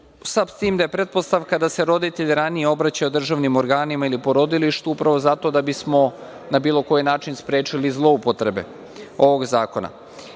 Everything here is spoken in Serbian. s tim da je pretpostavka da se roditelj ranije obraćao državnim organima ili porodilištu upravo zato da bismo na bilo koji način sprečili zloupotrebe ovog